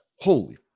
holy